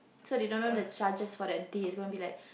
so they don't know the charges for that day is going to be like